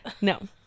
No